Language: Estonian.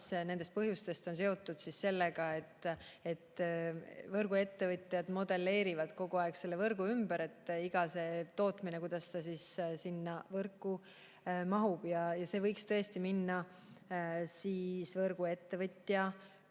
nendest põhjustest on seotud sellega, et võrguettevõtjad modelleerivad kogu aeg võrku ümber, et kuidas iga tootmine sinna võrku mahuks. See võiks tõesti minna võrguettevõtja